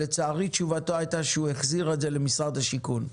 לצערי הצוות החזיר את הנושא לפתחו של משרד הבינוי והשיכון.